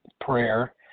prayer